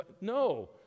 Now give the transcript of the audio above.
No